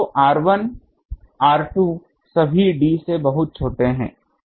तो r1 r2 सभी d बहुत से बड़े हैं